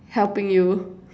helping you